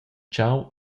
tgau